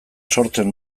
sortzen